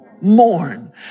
Mourn